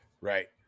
Right